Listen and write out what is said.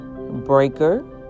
Breaker